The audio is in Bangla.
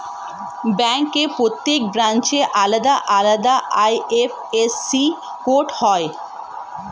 ব্যাংকের প্রত্যেক ব্রাঞ্চের আলাদা আলাদা আই.এফ.এস.সি কোড হয়